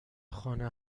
خانه